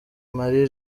marie